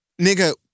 nigga